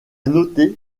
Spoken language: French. noter